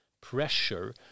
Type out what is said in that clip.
pressure